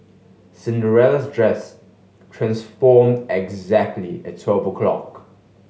Cinderella's dress transformed exactly at twelve o'clock